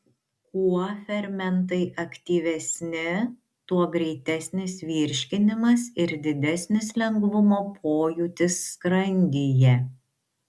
kuo fermentai aktyvesni tuo greitesnis virškinimas ir didesnis lengvumo pojūtis skrandyje